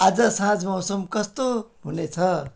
आज साँझ मौसम कस्तो हुनेछ